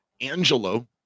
Angelo